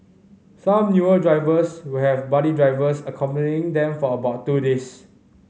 some newer drivers will have buddy drivers accompanying them for about two days